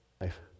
life